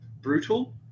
Brutal